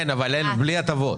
כן, אבל בלי הטבות.